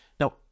Now